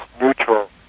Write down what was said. neutral